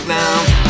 now